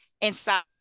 inside